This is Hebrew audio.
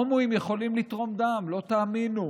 הומואים יכולים לתרום דם, לא תאמינו,